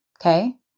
okay